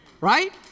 Right